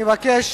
אני מבקש